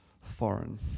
foreign